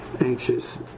anxious